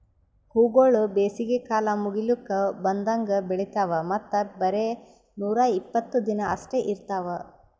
ಹೂವುಗೊಳ್ ಬೇಸಿಗೆ ಕಾಲ ಮುಗಿಲುಕ್ ಬಂದಂಗ್ ಬೆಳಿತಾವ್ ಮತ್ತ ಬರೇ ನೂರಾ ಇಪ್ಪತ್ತು ದಿನ ಅಷ್ಟೆ ಇರ್ತಾವ್